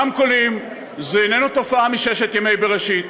רמקולים אינם תופעה מששת ימי בראשית,